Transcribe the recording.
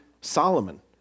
Solomon